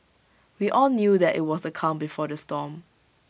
we all knew that IT was the calm before the storm